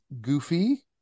goofy